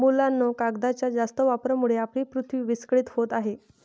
मुलांनो, कागदाच्या जास्त वापरामुळे आपली पृथ्वी विस्कळीत होत आहे